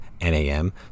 NAM